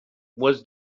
was